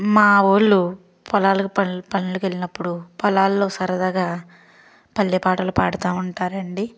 మా వాళ్ళు పొలాలకు పను పనులు పనులకెళ్లినప్పుడు పొలాల్లో సరదాగా పల్లె పాటలు పాడతా ఉంటారు అండి